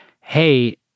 hey